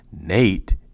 Nate